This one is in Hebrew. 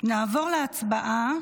נעבור להצבעה